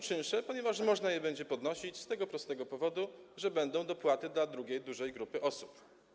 Czynsze można będzie podnosić z tego prostego powodu, że będą dopłaty dla drugiej dużej grupy osób.